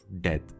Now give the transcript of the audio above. death